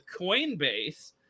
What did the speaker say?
coinbase